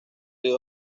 río